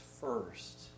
first